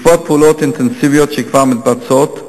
בעקבות פעולות אינטנסיביות, שכבר מתבצעות,